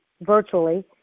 virtually